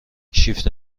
شیفت